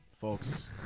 Folks